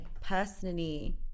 personally